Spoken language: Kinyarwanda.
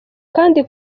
kandi